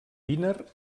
dinar